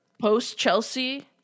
Post-Chelsea